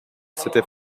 s’était